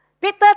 Peter